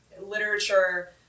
literature